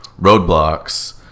roadblocks